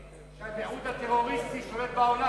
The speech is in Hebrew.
צריך להזכיר לחבר הכנסת טיבי שהמיעוט הטרוריסטי שולט בעולם.